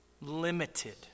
limited